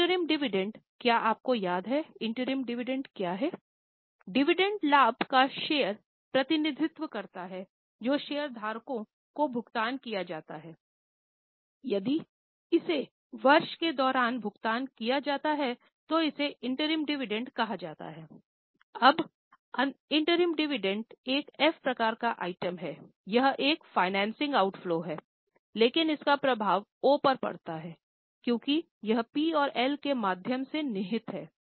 अंतरिम डिविडेंडएक एफ प्रकार का आइटम है यह एक फाइनेंसिंग ऑउटफ्लो है लेकिन इसका प्रभाव ओ पर पड़ता है क्योंकि यह P और L के माध्यम से निहित है